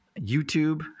YouTube